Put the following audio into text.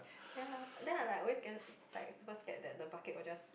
ya then I like always get like super scared that the bucket will just